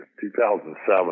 2007